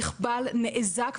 נחבל או נאזק,